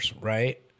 right